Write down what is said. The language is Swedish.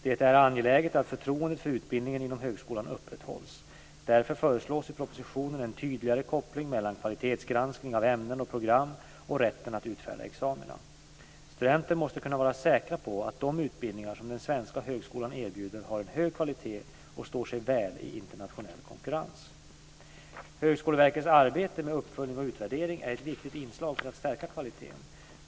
Det är angeläget att förtroendet för utbildningen inom högskolan upprätthålls. Därför föreslås i propositionen en tydligare koppling mellan kvalitetsgranskning av ämnen och program och rätten att utfärda examina. Studenterna måste kunna vara säkra på att de utbildningar som den svenska högskolan erbjuder har en hög kvalitet och står sig väl i internationell konkurrens. Högskoleverkets arbete med uppföljning och utvärdering är ett viktigt inslag för att stärka kvaliteten.